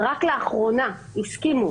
רק לאחרונה הסכימו